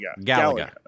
Galaga